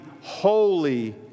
holy